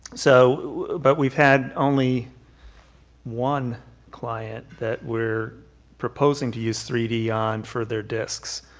so but we've had only one client that we're proposing to use three d on for their discs,